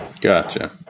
Gotcha